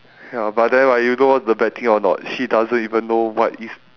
ya but then right you know what the bad thing or not she doesn't even know what is